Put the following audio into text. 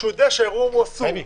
כשהוא יודע שהאירוע אסור,